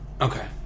Okay